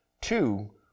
Two